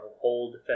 hold